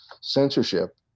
censorship